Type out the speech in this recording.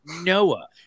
Noah